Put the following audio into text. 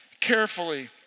carefully